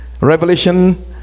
revelation